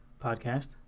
podcast